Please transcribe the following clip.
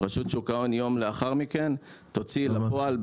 יום לאחר מכן רשות שוק ההון תוציא לפועל,